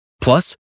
Plus